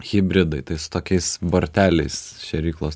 hibridai tais su tokiais borteliais šėryklos